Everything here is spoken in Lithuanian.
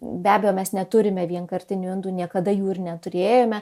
be abejo mes neturime vienkartinių indų niekada jų ir neturėjome